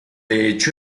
hecho